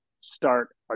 start